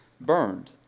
burned